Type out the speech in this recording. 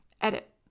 edit